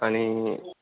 अनि